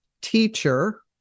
teacher